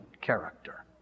character